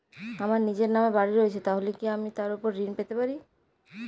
আমার নিজের নামে বাড়ী রয়েছে তাহলে কি আমি তার ওপর ঋণ পেতে পারি?